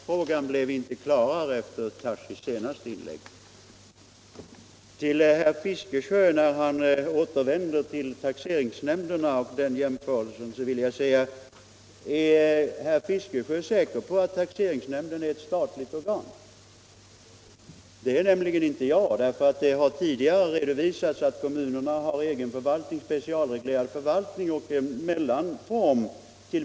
Herr talman! Ansvarsfrågan blir inte klarare efter herr Tarschys senaste inlägg. Herr Fiskesjö återkommer till jämförelsen med taxeringsnämnderna. Är herr Fiskesjö säker på att taxeringsnämnden är ett statligt organ? Det är nämligen inte jag. Det har tidigare redovisats att taxeringsnämnderna är en mellanform.